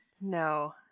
no